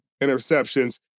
interceptions